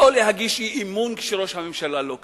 לא להגיש אי-אמון כשראש הממשלה לא כאן.